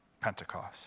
Pentecost